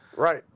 Right